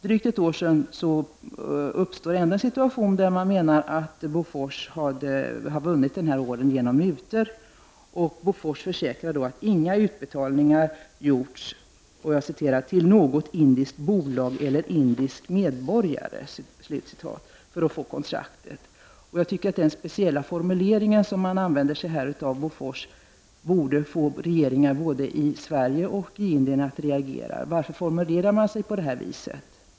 Drygt ett år senare uppstår ändå rykten om att Bofors hade vunnit ordern genom mutor. Bofors försäkrade då att inga utbetalningar gjorts ”till något indiskt bolag eller indisk medborgare” för att få kontraktet. Jag tycker att den speciella formuleringen borde ha fått regeringen i både Sverige och Indien att reagera. Varför formulerar man sig på det här viset?